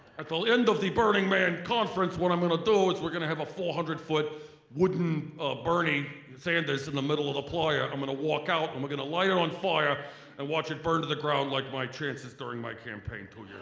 at the end of the burning man conference what i'm gonna do is we're gonna have a four hundred foot wooden bernie sanders in the middle of the playa i'm gonna walk out and we're gonna light it on fire and watch it burn to the ground like my chances during my campaign two